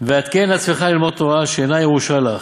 והתקן עצמך ללמוד תורה, שאינה ירושה לך,